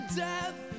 death